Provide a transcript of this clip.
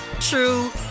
true